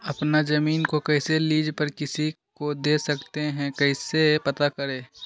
अपना जमीन को कैसे लीज पर किसी को दे सकते है कैसे पता करें?